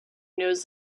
knows